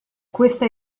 questa